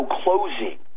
closing